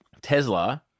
Tesla